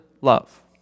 love